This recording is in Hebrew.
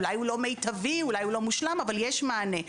אולי הוא לא מיטבי ולא מושלם, אבל יש מענה.